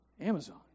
Amazon